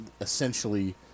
essentially